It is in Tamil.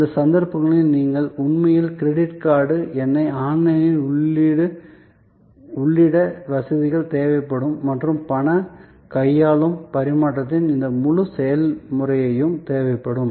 அந்த சந்தர்ப்பங்களில் நீங்கள் உண்மையில் கிரெடிட் கார்டு எண்ணை ஆன்லைனில் உள்ளிட வசதிகள் தேவைப்படும் மற்றும் பண கையாளும் மாற்றத்தின் இந்த முழு செயல்முறையும் தேவைப்படும்